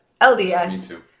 LDS